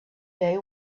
day